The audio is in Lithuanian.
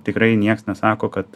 tikrai nieks nesako kad